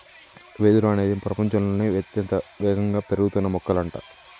వెదురు అనేది ప్రపచంలోనే అత్యంత వేగంగా పెరుగుతున్న మొక్కలంట